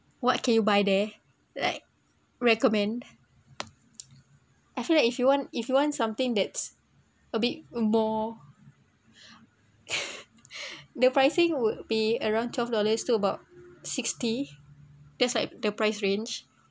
what can you buy there like recommend I feel like if you want if you want something that's a bit a more the pricing would be around twelve dollars to about sixty that's like the price range